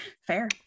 Fair